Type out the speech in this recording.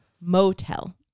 Motel